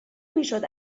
میشد